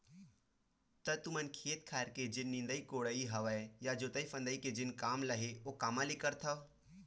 त तुमन खेत खार के जेन निंदई कोड़ई हवय या जोतई फंदई के जेन काम ल हे ओ कामा ले करथव?